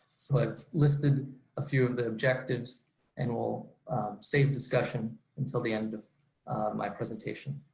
so i've listed a few of the objectives and will save discussion until the end of my presentation.